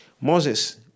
Moses